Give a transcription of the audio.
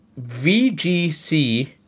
VGC